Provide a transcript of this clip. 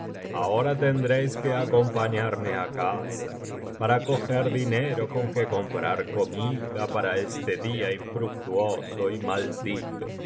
ahora tendréis que acompañarme á casa para coger dinero con que comprar comida para este día infructuoso y maldito